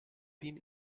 pin